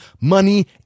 money